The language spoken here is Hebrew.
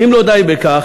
ואם לא די בכך,